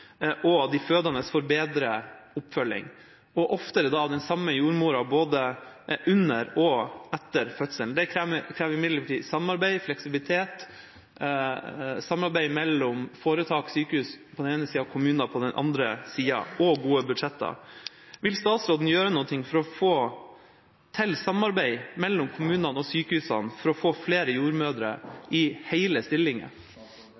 og at de fødende får bedre oppfølging og oftere av den samme jordmoren, både under og etter fødselen. Det krever imidlertid samarbeid mellom foretak og sykehus på den ene siden og kommunen på den andre, fleksibilitet og gode budsjetter. Vil statsråden gjøre noe for å få til samarbeid mellom kommunene og sykehusene for å få flere jordmødre i hele stillinger?